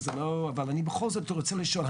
אבל אני בכל זאת רוצה לשאול,